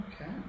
Okay